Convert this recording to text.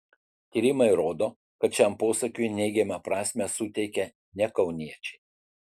tyrimai rodo kad šiam posakiui neigiamą prasmę suteikia ne kauniečiai